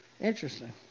Interesting